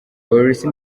polisi